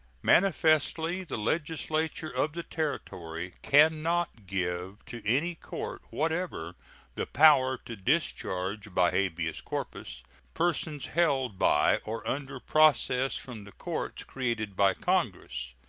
manifestly the legislature of the territory can not give to any court whatever the power to discharge by habeas corpus persons held by or under process from the courts created by congress,